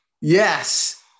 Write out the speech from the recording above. yes